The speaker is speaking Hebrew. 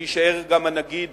שיישאר גם הנגיד